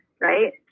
right